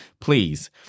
Please